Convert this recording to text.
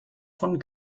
von